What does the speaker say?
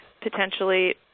potentially